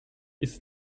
its